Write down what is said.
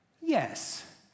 yes